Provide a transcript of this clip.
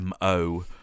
MO